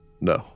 no